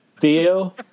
Theo